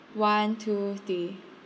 one two three